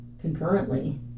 concurrently